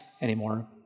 anymore